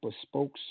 bespoke